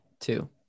Two